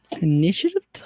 initiative